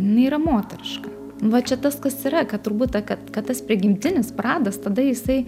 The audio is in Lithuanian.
jinai yra moteriška va čia tas kas yra kad turbūt ta kad kad tas prigimtinis pradas tada jisai